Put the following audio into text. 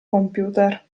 computer